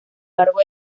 largo